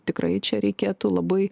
tikrai čia reikėtų labai